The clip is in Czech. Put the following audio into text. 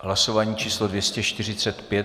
Hlasování číslo 245.